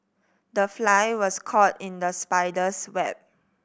the fly was caught in the spider's web